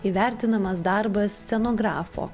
įvertinamas darbas scenografo